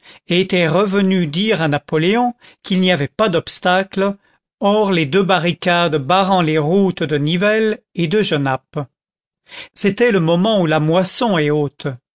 était revenu dire à napoléon qu'il n'y avait pas d'obstacle hors les deux barricades barrant les routes de nivelles et de genappe c'était le moment où la moisson est haute